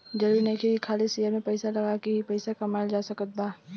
जरुरी नइखे की खाली शेयर में पइसा लगा के ही पइसा कमाइल जा सकत बा